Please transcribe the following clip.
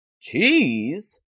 Cheese